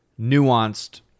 nuanced